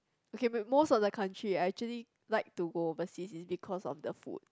okay but most of the country I actually like to go overseas is because of the food